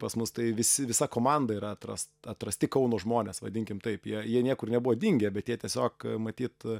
pas mus tai visi visa komanda yra atras atrasti kauno žmonės vadinkim taip jie jie niekur nebuvo dingę bet jie tiesiog matyt